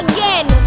Again